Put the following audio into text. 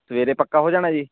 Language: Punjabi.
ਸਵੇਰੇ ਪੱਕਾ ਹੋ ਜਾਣਾ ਜੀ